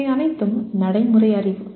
இவை அனைத்தும் நடைமுறை அறிவு